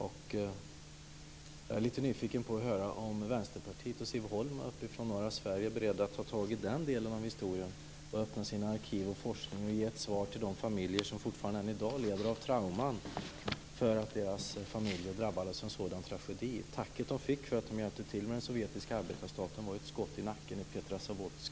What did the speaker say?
Jag är lite nyfiken på att höra om Vänsterpartiet och Siv Holma från norra Sverige är beredda att ta tag i den delen av historien, öppna sina arkiv för forskning och ge ett svar till de familjer som än i dag lever i trauman för att deras familjer drabbades av en sådan tragedi. Tacket de fick för att de hjälpte till med den sovjetiska arbetarstaten var ett skott i nacken i Petrozavodsk.